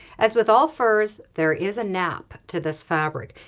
as with all furs there is a nap to this fabric.